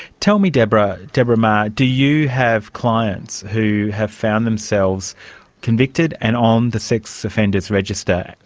tell me, deborah deborah maher, do you have clients who have found themselves convicted and on the sex offender registry,